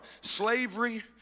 slavery